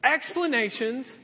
Explanations